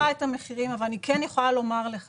אני לא מכירה את המחירים אבל אני כן יכולה לומר לך